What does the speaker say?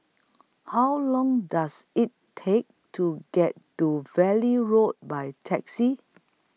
How Long Does IT Take to get to Valley Road By Taxi